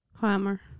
Hammer